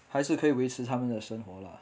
还是可以维持他们的生活 lah